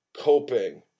coping